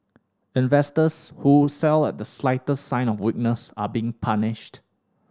investors who sell at the slightest sign of weakness are being punished